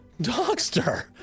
Dogster